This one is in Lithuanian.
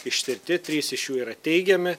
ištirti trys iš jų yra teigiami